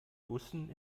bussen